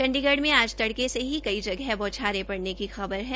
चंडीगढ़ में आज तड़के से ही कई जगह बौछारे पड़ने की खबर है